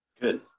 Good